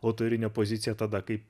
autorinė pozicija tada kai